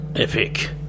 epic